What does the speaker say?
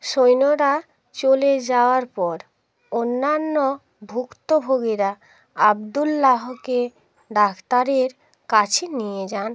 সৈন্যরা চলে যাওয়ার পর অন্যান্য ভুক্তভোগীরা আব্দুল্লাহকে ডাক্তারের কাছে নিয়ে যান